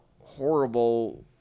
horrible